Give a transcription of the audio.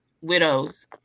widows